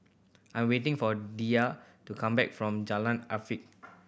I'm waiting for Diya to come back from Jalan Afifi